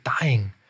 dying